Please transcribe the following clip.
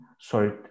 sorry